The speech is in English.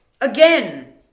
Again